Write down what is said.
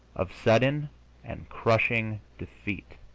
of sudden and crushing defeat